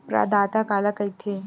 प्रदाता काला कइथे?